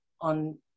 on